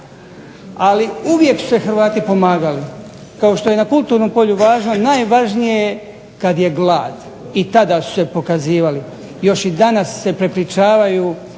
Ali uvijek su se Hrvati pomagali, kao što je na kulturnom polju važno, najvažnije je kad je glad i tada su se pokazivali. Još i danas se prepričavaju